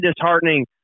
disheartening